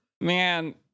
Man